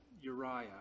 Uriah